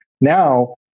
now